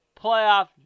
Playoff